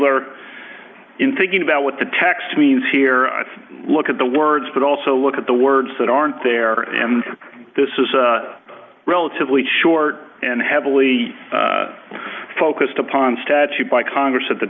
kneedler in thinking about what the text means here look at the words but also look at the words that aren't there and this is a relatively short and heavily focused upon statute by congress at the